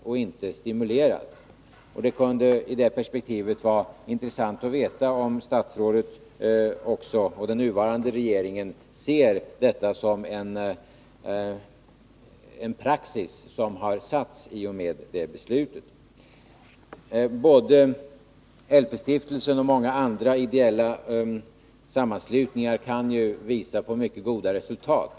Det kunde i detta perspektiv vara intressant att få veta om också statsrådet Sigurdsen och den nuvarande regeringen ser detta så, att en praxis har satts i och med det beslutet. Både LP-stiftelsen och många andra ideella sammanslutningar kan visa på mycket goda resultat.